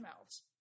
mouths